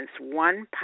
one